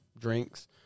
drinks